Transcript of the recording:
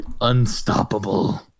Unstoppable